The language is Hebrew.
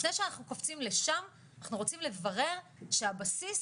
לפני שאנחנו קופצים לשם אנחנו רוצים לברר שהבסיס,